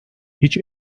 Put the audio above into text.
hiç